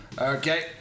Okay